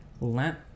lamp